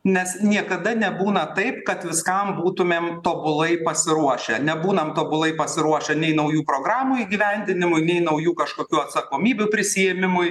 nes niekada nebūna taip kad viskam būtumėm tobulai pasiruošę nebūnam tobulai pasiruošę nei naujų programų įgyvendinimui nei naujų kažkokių atsakomybių prisiėmimui